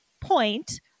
point